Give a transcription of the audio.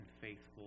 faithful